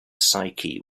psyche